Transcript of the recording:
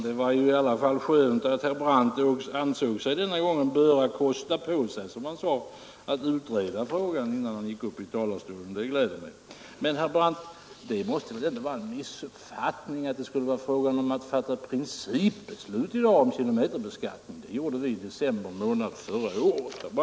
Herr talman! Det var ju skönt att herr Brandt denna gång hade kostat på sig som han sade att utreda frågan innan han gick upp i talarstolen. Det gläder mig. Men, herr Brandt, det måste väl ändå vara en missuppfattning att vi skulle fatta ett principbeslut i dag om kilometerbeskattningen. Det gjorde vi i december månad förra året, herr Brandt!